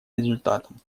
результатом